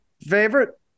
favorite